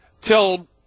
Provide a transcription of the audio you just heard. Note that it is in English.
till